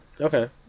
Okay